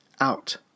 out